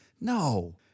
No